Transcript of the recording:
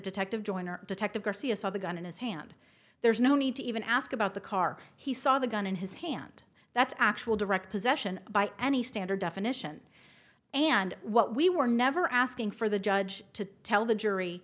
detective joiner detective garcia saw the gun in his hand there's no need to even ask about the car he saw the gun in his hand that's actual direct possession by any standard definition and what we were never asking for the judge to tell the jury